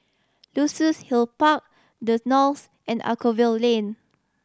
Luxus Hill Park The Knolls and Anchorvale Lane